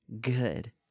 good